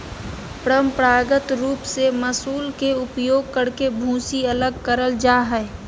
परंपरागत रूप से मूसल के उपयोग करके भूसी अलग करल जा हई,